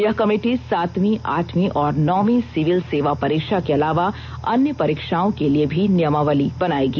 यह कमेटी सातवीं आठवीं और नौवीं सिविल सेवा परीक्षा के अलावा अन्य परीक्षाओं के लिए भी नियमावली बनायेगी